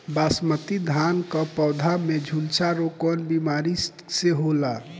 बासमती धान क पौधा में झुलसा रोग कौन बिमारी से होला?